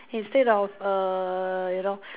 instead of err you know